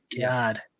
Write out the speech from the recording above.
God